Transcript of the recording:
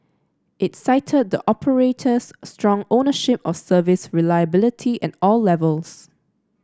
it cited the operator's strong ownership of service reliability at all levels